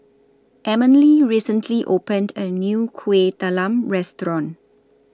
Emeline recently opened A New Kuih Talam Restaurant